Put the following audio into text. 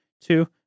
two